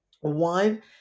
One